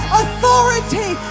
authority